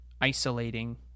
isolating